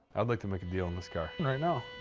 i'd like to make a deal on this car. right